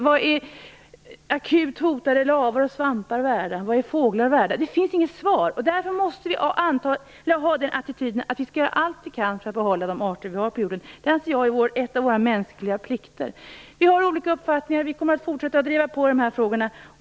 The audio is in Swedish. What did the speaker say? Vad är akut hotade lavar och svampar värda? Vad är fåglar värda? Det finns inget svar. Därför måste vi ha attityden att vi skall göra allt vi kan för att behålla de arter vi har på jorden. Det anser jag är en av våra mänskliga plikter. Vi har olika uppfattning, och Miljöpartiet kommer att fortsätta att driva på i dessa frågor.